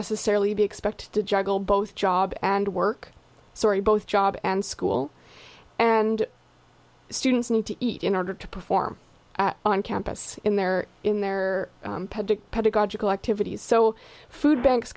necessarily be expected to juggle both job and work sorry both job and school and students need to eat in order to perform on campus in their in their pedagogical activities so food banks